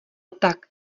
tak